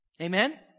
Amen